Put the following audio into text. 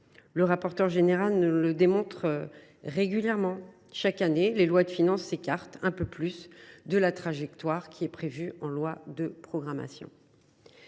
Le rapporteur général nous le démontre régulièrement : chaque année, les lois de finances s’écartent un peu plus de la trajectoire prévue en loi de programmation.